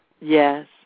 Yes